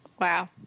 Wow